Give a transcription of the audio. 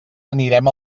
anirem